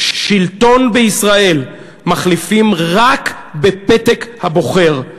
שלטון בישראל מחליפים רק בפתק הבוחר,